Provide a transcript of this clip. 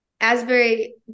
Asbury